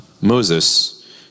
Moses